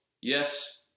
Yes